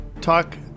talk